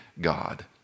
God